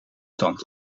tand